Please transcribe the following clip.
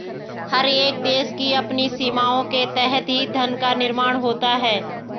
हर एक देश की अपनी सीमाओं के तहत ही धन का निर्माण होता है